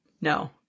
No